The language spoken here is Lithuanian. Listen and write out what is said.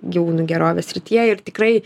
gyvūnų gerovės srityje ir tikrai